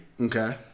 Okay